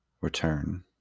return